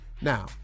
Now